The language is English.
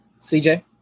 CJ